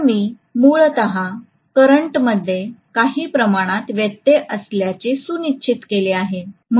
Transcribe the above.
पण मी मूलत करंटमध्ये काही प्रमाणात व्यत्यय असल्याचे सुनिश्चित केले आहे